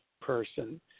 person